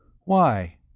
Why